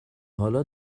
حالا